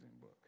book